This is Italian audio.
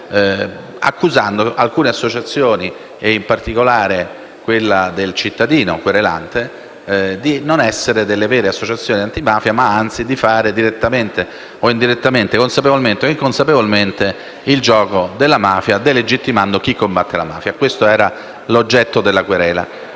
accusando alcune associazioni, e in particolare quella del cittadino querelante, di non essere delle vere associazioni antimafia ma anzi di fare, direttamente o indirettamente, consapevolmente o inconsapevolmente, il gioco della mafia, delegittimando chi la combatte. Questo era l'oggetto della querela.